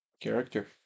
character